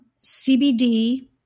CBD